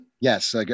Yes